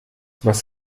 was